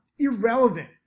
irrelevant